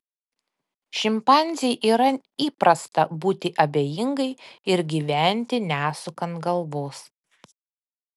šimpanzei yra įprasta būti abejingai ir gyventi nesukant galvos